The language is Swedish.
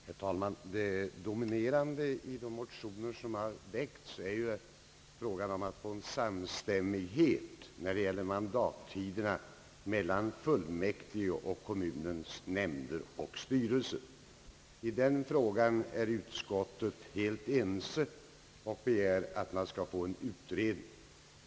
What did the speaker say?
Herr talman! Det dominerande i de motioner som har väckts är frågan om att få samstämmighet när det gäller mandattiderna mellan fullmäktige och kommunernas nämnder och styrelser. I den frågan är utskottet helt ense och begär att man skall få en utredning.